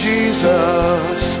Jesus